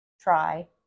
try